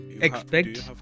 expect